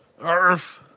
Earth